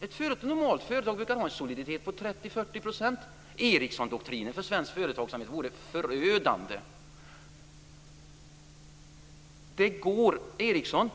Ett normalt företag brukar ha en soliditet om 30-40 %. Erikssondoktrinen vore förödande för svensk företagsamhet. Eriksson